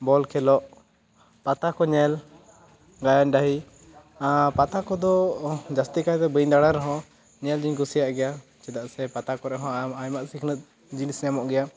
ᱵᱚᱞ ᱠᱷᱮᱞᱚᱜ ᱯᱟᱛᱟ ᱠᱚ ᱧᱮᱞ ᱜᱟᱭᱟᱱ ᱰᱟᱹᱦᱤ ᱯᱟᱛᱟ ᱠᱚᱫᱚ ᱡᱟᱹᱥᱛᱤ ᱠᱟᱭ ᱛᱮ ᱵᱟᱹᱧ ᱫᱟᱬᱟᱭ ᱨᱮᱦᱚᱸ ᱧᱮᱞ ᱫᱚᱹᱧ ᱠᱩᱥᱤᱭᱟᱹᱜ ᱜᱤᱭᱟ ᱪᱮᱫᱟᱜ ᱥᱮ ᱯᱟᱛᱟ ᱠᱚᱨᱮ ᱦᱚᱸ ᱟᱭᱢᱟ ᱥᱤᱠᱷᱱᱟᱹᱛ ᱡᱤᱱᱤᱥ ᱧᱟᱢᱚᱜ ᱜᱮᱭᱟ